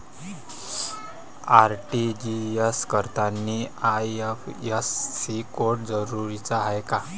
RTGS करतांनी IFSC code जरुरीचा हाय का?